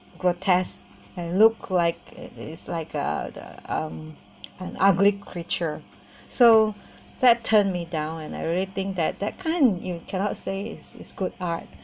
grotesque and look like it is like uh the um an ugly creature so that turned me down and I really think that that kind you cannot say is is good art